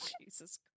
Jesus